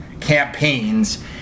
campaigns